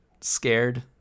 scared